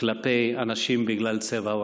כלפי אנשים בגלל צבע עורם.